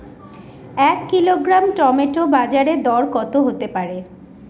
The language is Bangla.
এক কিলোগ্রাম টমেটো বাজের দরকত হতে পারে?